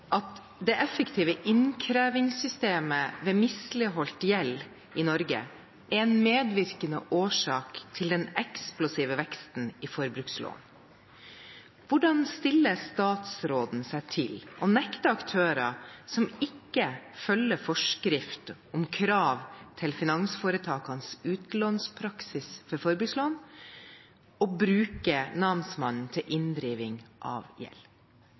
at det effektive innkrevingssystemet ved misligholdt gjeld i Norge er en medvirkende årsak til den eksplosive veksten i forbrukslån. Hvordan stiller statsråden seg til å nekte aktører som ikke følger forskrift om krav til finansforetakenes utlånpraksis for forbrukslån, å bruke namsmannen til inndriving av gjeld?»